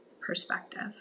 perspective